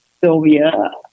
Sylvia